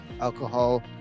alcohol